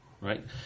Right